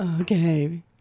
Okay